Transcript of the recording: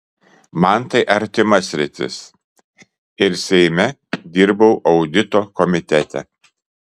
man tai artima sritis ir seime dirbau audito komitete